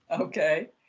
Okay